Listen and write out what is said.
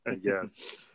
Yes